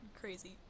crazy